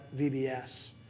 VBS